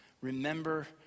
remember